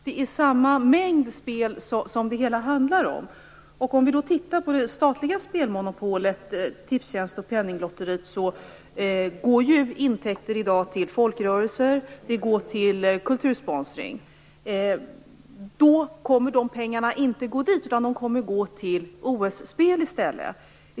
Det är samma mängd spel det hela handlar om. Om vi tittar på det statliga spelmonopolet, Tipstjänst och Penninglotteriet, går intäkter i dag till folkrörelser och kultursponsring. De pengarna kommer då inte att gå dit, utan de kommer gå till OS-spel i stället.